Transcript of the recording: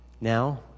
Now